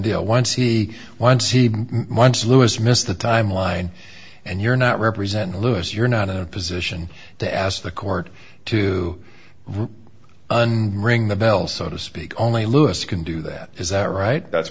deal once he once he months louis missed the timeline and you're not represent lewis you're not in a position to ask the court to undo ring the bell so to speak only lewis can do that is that right that's